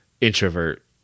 Introvert